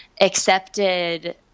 accepted